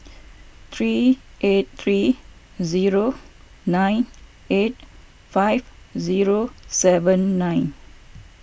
three eight three zero nine eight five zero seven nine